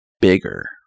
bigger